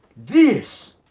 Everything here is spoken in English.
this.